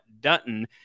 Dutton